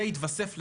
זה יתווסף לזה,